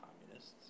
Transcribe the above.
communists